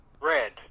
Red